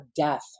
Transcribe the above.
death